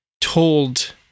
told